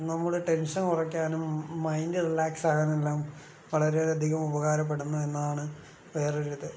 നമ്മുടെ ടെൻഷൻ കുറയ്ക്കാനും mind relax ആകാനും എല്ലാം വളരെയധികം ഉപകാരപ്പെടുന്നു എന്നാണ് വേറൊരു ഇത്